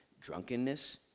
drunkenness